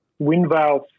Windvale